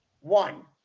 one